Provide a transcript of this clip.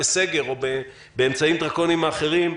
בסגר או באמצעים דרקוניים אחרים.